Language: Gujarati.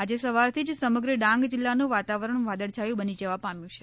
આજે સવારથી જ સમગ્ર ડાંગ જિલ્લાનું વાતાવરણ વાદળછાયું બની જવા પામ્યું છે